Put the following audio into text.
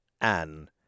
Anne